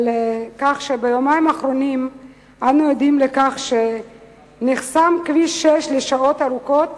על כך שביומיים האחרונים אנו עדים לכך שכביש 6 נחסם לשעות ארוכות